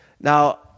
Now